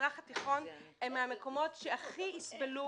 והמזרח התיכון הם מהמקומות שהכי יסבלו